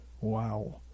Wow